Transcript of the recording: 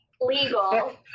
Legal